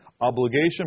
obligation